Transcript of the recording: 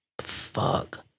Fuck